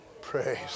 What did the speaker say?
Praise